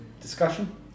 discussion